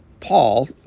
Paul